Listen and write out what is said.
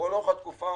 לכל אורך התקופה,